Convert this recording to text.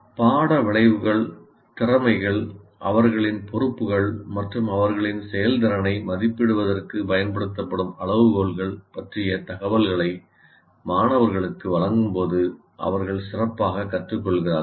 பாட விளைவுகள் திறமைகள் அவர்களின் பொறுப்புகள் மற்றும் அவர்களின் செயல்திறனை மதிப்பிடுவதற்குப் பயன்படுத்தப்படும் அளவுகோல்கள் பற்றிய தகவல்களை மாணவர்களுக்கு வழங்கும்போது அவர்கள் சிறப்பாகக் கற்றுக்கொள்கிறார்கள்